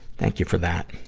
thank you for that.